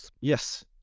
Yes